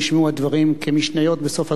נשמעו הדברים כמשניות בסוף אזכרה,